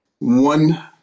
one